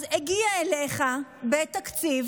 הגיע אליך תקציב